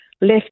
left